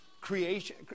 creation